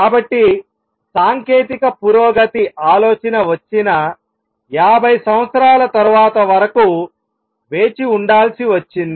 కాబట్టి సాంకేతిక పురోగతి ఆలోచన వచ్చిన 50 సంవత్సరాల తరువాత వరకు వేచి ఉండాల్సి వచ్చింది